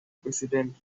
president